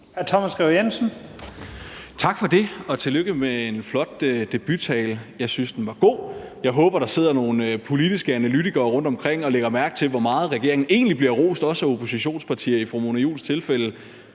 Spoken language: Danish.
Tak for det. Og tillykke med en flot debuttale. Jeg synes, den var god. Jeg håber, der sidder nogle politiske analytikere rundtomkring og lægger mærke til, hvor meget regeringen egentlig bliver rost, også af oppositionspartier i fru Mona Juuls tilfælde,